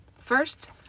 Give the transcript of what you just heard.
First